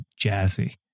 jazzy